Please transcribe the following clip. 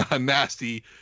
nasty